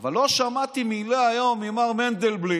אבל לא שמעתי מילה היום ממר מנדלבליט,